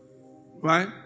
right